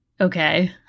Okay